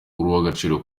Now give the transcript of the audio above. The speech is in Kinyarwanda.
uw’agaciro